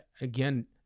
again